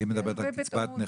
היא מדברת על קצבת נכות,